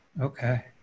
Okay